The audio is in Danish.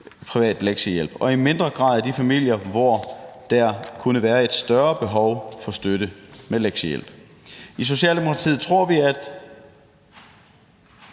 privat lektiehjælp, og i mindre grad af de familier, hvor der kunne være et større behov for støtte med lektiehjælp. I Socialdemokratiet tror vi, at